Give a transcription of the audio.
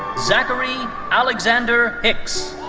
zachary alexander hicks.